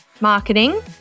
marketing